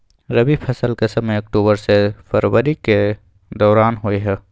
रबी फसल के समय अक्टूबर से फरवरी के दौरान होय हय